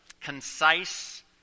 concise